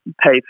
pay